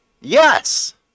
Yes